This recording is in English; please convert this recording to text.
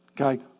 Okay